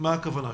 מה הכוונה,